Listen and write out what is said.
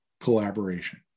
collaboration